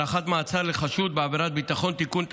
(הארכת מעצר לחשוד בעבירת ביטחון) (תיקון),